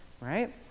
right